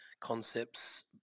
concepts